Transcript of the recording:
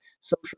social